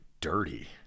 dirty